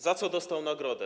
Za co dostał nagrodę?